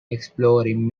exploring